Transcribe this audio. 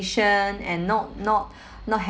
and not not not